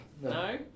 no